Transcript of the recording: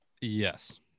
yes